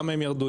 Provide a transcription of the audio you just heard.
למה ירדו.